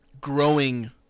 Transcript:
growing